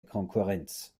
konkurrenz